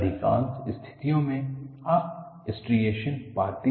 अधिकांश स्थितियों में आप स्ट्रिएशनस पाते हैं